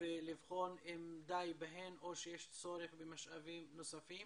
ולבחון אם די בהם או שיש צורך במשאבים נוספים